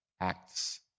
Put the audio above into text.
acts